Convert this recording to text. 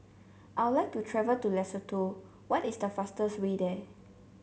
I would like to travel to Lesotho what is the fastest way there